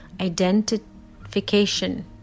identification